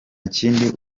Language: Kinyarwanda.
kindi